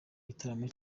gitaramo